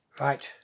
Right